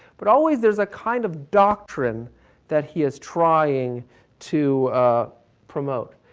but always there's a kind of doctrine that he is trying to promote.